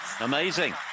Amazing